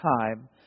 time